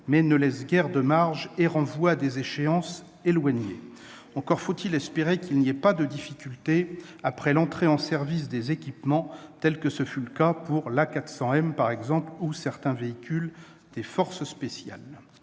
mais ne laisse guère de marge et renvoie à des échéances éloignées. Encore faut-il aussi espérer qu'il n'y ait pas de difficultés après l'entrée en service des équipements, comme ce fut le cas pour l'A400M ou certains véhicules des forces spéciales.